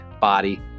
body